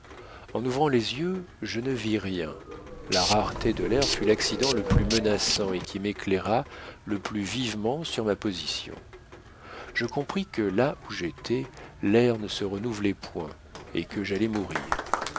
en ouvrant les yeux je ne vis rien la rareté de l'air fut l'accident le plus menaçant et qui m'éclaira le plus vivement sur ma position je compris que là où j'étais l'air ne se renouvelait point et que j'allais mourir